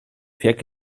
pferd